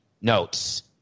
notes